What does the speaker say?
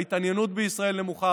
ההתעניינות בישראל גבוהה,